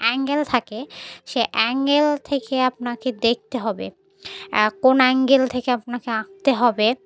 angle থাকে সে angle থেকে আপনাকে দেখতে হবে কোন অ্যাঙ্গেল থেকে আপনাকে আঁকতে হবে